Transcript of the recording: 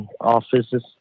offices